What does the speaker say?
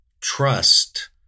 trust